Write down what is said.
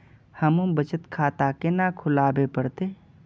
हमू बचत खाता केना खुलाबे परतें?